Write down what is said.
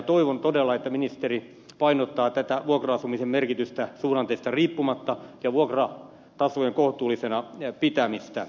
toivon todella että ministeri painottaa vuokra asumisen merkitystä suhdanteista riippumatta ja vuokratasojen kohtuullisena pitämistä